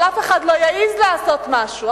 אבל אף אחד לא יעז לעשות משהו,